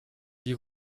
die